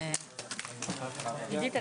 הישיבה